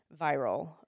viral